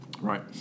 Right